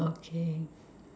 okay